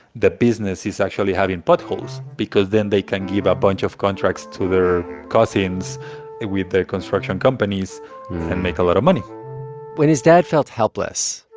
the business is actually having potholes because then they can give a bunch of contracts to their cousins with their construction companies and make a lot of money when his dad felt helpless,